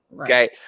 Okay